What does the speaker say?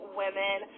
women